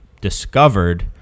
discovered